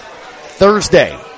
Thursday